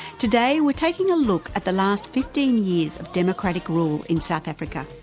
today we're taking a look at the last fifteen years of democratic rule in south africa.